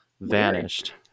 vanished